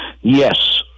yes